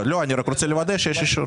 רבותיי, אני רוצה להגיד משהו.